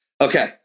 Okay